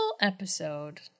episode